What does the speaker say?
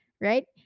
right